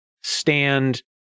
stand